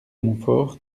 montfort